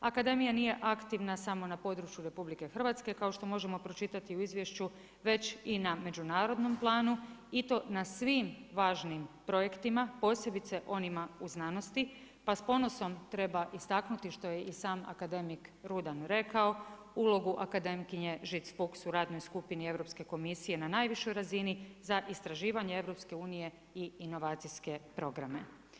Akademija nije aktivna samo na području RH, kao što možemo pročitati u izvješću već i na međunarodnom planu i to na svim važnim projektima posebice onima u znanosti pa s ponosom treba istaknuti što je i sam akademik Rudan rekao, ulogu akademkinje Žic Fuchs u radnoj skupini Europske komisije na najvišoj razini za istraživanje EU i inovacijske programe.